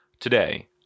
Today